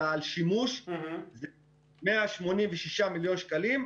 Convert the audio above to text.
אלא על שימוש 186 מיליון שקלים.